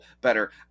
better